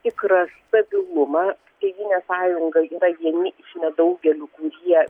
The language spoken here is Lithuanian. tikrą stabilumą tėvynės sąjunga yra vieni iš nedaugelių kurie